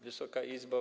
Wysoka Izbo!